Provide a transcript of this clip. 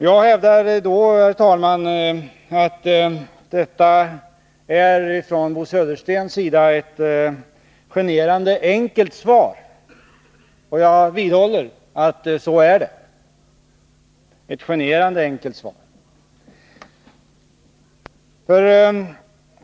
Jag hävdade då, herr talman, att detta ifrån Bo Söderstens sida är ett generande enkelt svar — och jag vidhåller att det är så.